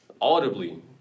audibly